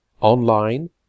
online